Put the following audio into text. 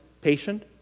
patient